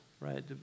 right